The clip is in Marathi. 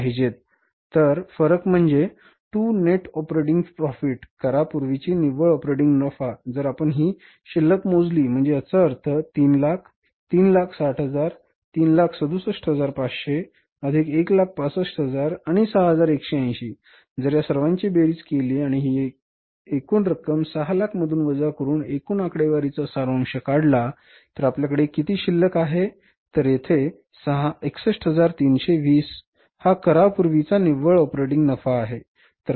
तर फरक म्हणजे To net operating profit करापूर्वीचा निव्वळ ऑपरेटिंग नफा जर आपण ही शिल्लक मोजली म्हणजे याचा अर्थ 300000 360000 367500 अधिक 165000 आणि 6180 जर या सर्वांची बेरीज केली आणि हि एकूण रक्कम 600000 मधून वजा करून एकूण आकडेवारीचा सारांश काढला तर आपल्याकडे किती शिल्लक आहे तर येथे 61320 हा करापूर्वीचा निव्वळ ऑपरेटिंग नफा आहे